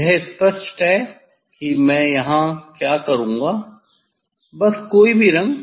यह स्पष्ट है कि मैं यहाँ क्या करूँगा बस कोई भी रंग